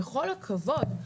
בכל הכבוד,